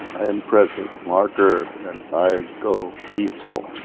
i am present, mark erb and i go peaceful.